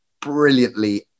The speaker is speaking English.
brilliantly